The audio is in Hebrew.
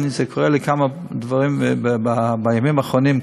זה קורה לי בכמה נושאים בימים האחרונים.